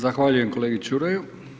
Zahvaljujem kolegi Čuraju.